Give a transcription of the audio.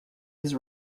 was